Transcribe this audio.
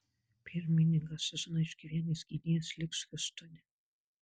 permainingą sezoną išgyvenęs gynėjas liks hjustone